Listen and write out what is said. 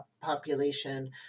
population